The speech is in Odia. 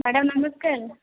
ମ୍ୟାଡ଼ାମ୍ ନମସ୍କାର